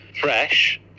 fresh